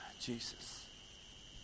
Jesus